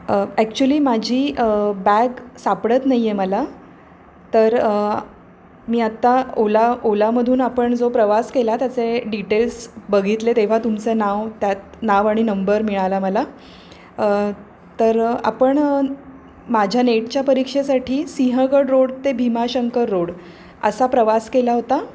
actually माझी bag सापडत नाही आहे मला तर मी आता ओला ओलामधून आपण जो प्रवास केला त्याचे डिटेल्स बघितले तेव्हा तुमचं नाव त्यात नाव आणि नंबर मिळाला मला तर आपण माझ्या नेटच्या परीक्षेसाठी सिंहगड रोड ते भीमाशंकर रोड असा प्रवास केला होता